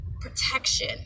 protection